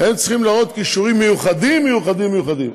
הם צריכים להראות כישורים מיוחדים מיוחדים מיוחדים,